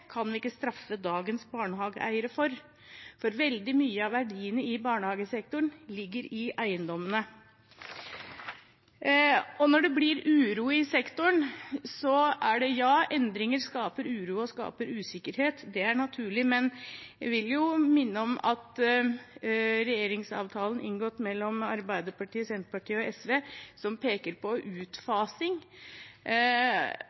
kan vi ikke straffe dagens barnehageeiere for. For veldig mye av verdiene i barnehagesektoren ligger i eiendommene. Når det blir uro i sektoren, så er det slik at ja, endringer skaper uro og usikkerhet. Det er naturlig, men jeg vil minne om at regjeringsavtalen inngått mellom Arbeiderpartiet, Senterpartiet og SV, som peker på